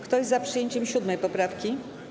Kto jest za przyjęciem 7. poprawki?